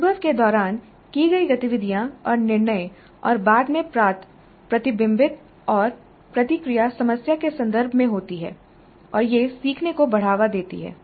अनुभव के दौरान की गई गतिविधियाँ और निर्णय और बाद में प्राप्त प्रतिबिंब और प्रतिक्रिया समस्या के संदर्भ में होती है और यह सीखने को बढ़ावा देती है